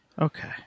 Okay